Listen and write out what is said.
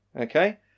Okay